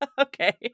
Okay